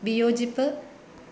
വിയോജിപ്പ്